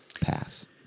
pass